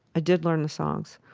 i did learn the songs